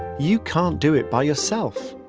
you can't do it by yourself.